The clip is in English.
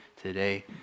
today